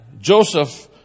Joseph